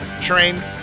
train